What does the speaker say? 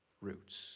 roots